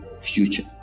future